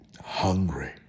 Hungry